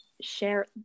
share